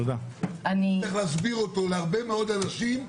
תצטרך להסביר אותו להרבה מאוד אנשים,